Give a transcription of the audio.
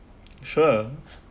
sure